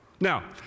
Now